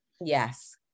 Yes